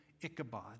Ichabod